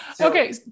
Okay